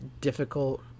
difficult